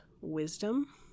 wisdom